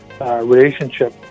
relationship